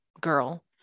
girl